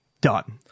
done